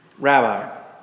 Rabbi